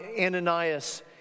Ananias